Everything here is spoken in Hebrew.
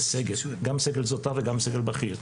אני רק אגיד באופן ספציפי כדוגמא את נושא ההיי-טק וההנדסה.